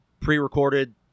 pre-recorded